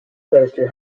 chemistry